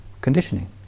conditioning